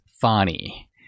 funny